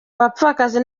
abapfakazi